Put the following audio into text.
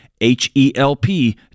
H-E-L-P